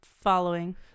following